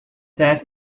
that